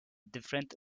different